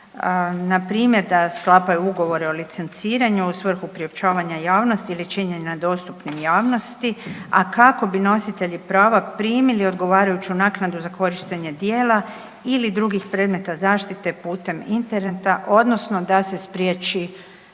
npr. da sklapaju ugovore o licenciranju u svrhu priopćavanja javnosti ili činjenja dostupnim javnosti, a kako bi nositelji prava primili odgovarajuću naknadu za korištenje djela ili drugih predmeta zaštite putem interneta odnosno da se spriječi